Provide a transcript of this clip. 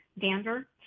dander